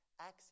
access